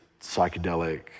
psychedelic